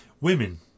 Women